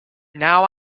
now